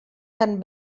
tan